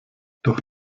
doch